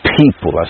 people